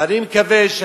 ואני מקווה,